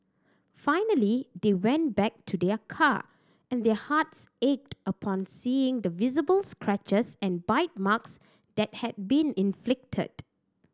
finally they went back to their car and their hearts ached upon seeing the visible scratches and bite marks that had been inflicted